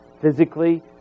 physically